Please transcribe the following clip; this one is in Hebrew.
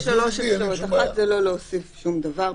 יצביעו נגדי,